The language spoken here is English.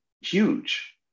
huge